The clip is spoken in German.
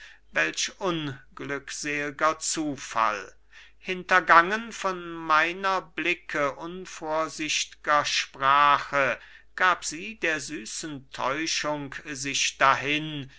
welch unglückselger zufall hintergangen von meiner blicke unvorsichtger sprache gab sie der süßen täuschung sich dahin